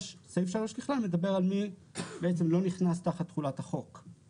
סעיף שלוש בכלל מדבר על מי בעצם לא נכנס תחת תכולת החוק,